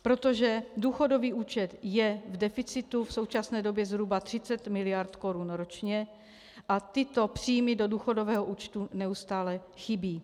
Protože důchodový účet je v deficitu v současné době zhruba 30 mld. korun ročně a tyto příjmy do důchodového účtu neustále chybí.